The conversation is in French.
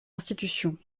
institution